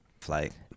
flight